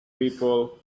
people